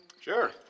Sure